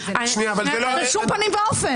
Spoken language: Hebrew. בשום פנים ואופן.